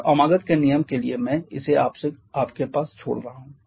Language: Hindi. और अमागत Amagat's के नियम के लिए मैं इसे आपके पास छोड़ रहा हूं